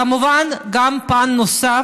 כמובן, גם יש פן נוסף,